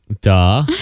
Duh